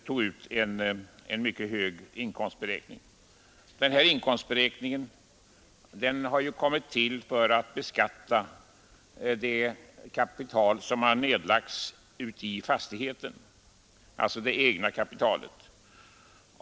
Denna inkomstberäkning har tillkommit för att beskatta det i fastigheten nedlagda egna kapitalet.